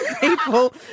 people